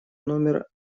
номер